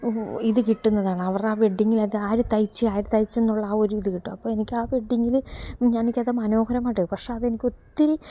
ഇത് കിട്ടുന്നതാണ് അവർ ആ ആ വെഡ്ഡിങ്ങിനത് ആര് തയ്ച്ചു ആര് തയ്ച്ചു എന്നുള്ള ആ ഒരിത് കിട്ടും അപ്പോൾ എനിക്ക് ആ വെഡ്ഡിങ്ങിൽ എനിക്കത് മനോഹരമായിട്ട് പക്ഷേ അത് എനിക്ക് ഒത്തിരി